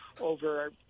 over